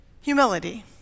humility